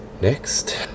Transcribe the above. Next